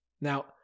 Now